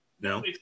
No